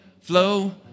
flow